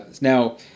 Now